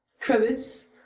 crevice